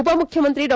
ಉಪಮುಖ್ಯಮಂತ್ರಿ ಡಾ